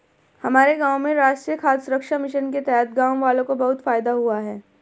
हमारे गांव में राष्ट्रीय खाद्य सुरक्षा मिशन के तहत गांववालों को बहुत फायदा हुआ है